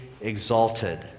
exalted